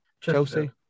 Chelsea